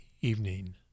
evening